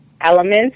elements